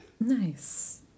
Nice